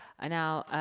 i now,